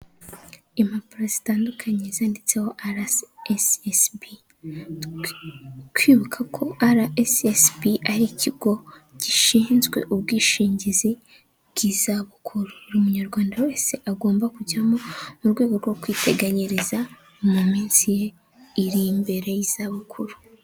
Impapuro zitandukanye zanditseho RSSB kwibuka ko RSSB ari ikigo gishinzwe ubwishingizi bwiza bukuru buri munyarwanda wese agomba kujyamo mu rwego rwo kwiteganyiriza mu minsi iri imbere y’izabukuru.